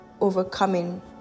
overcoming